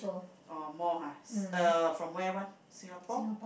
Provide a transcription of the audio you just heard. or more ha uh from where [one] Singapore